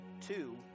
two